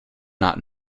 not